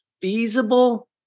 feasible